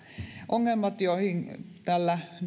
ongelmat joihin